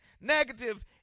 negative